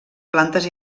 plantes